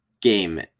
game